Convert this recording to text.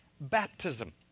baptism